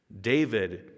David